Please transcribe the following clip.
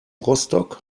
rostock